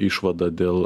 išvada dėl